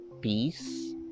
peace